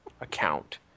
account